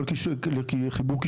לא לחיבור,